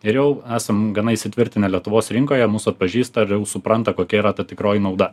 ir jau esam gana įsitvirtinę lietuvos rinkoje mus atpažįsta supranta kokia yra ta tikroji nauda